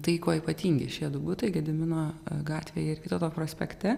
tai kuo ypatingi šie du butai gedimino gatvėje ir vytauto prospekte